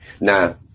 Now